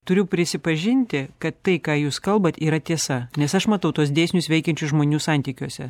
turiu prisipažinti kad tai ką jūs kalbat yra tiesa nes aš matau tuos dėsnius veikiančius žmonių santykiuose